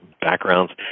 backgrounds